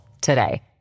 today